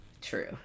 true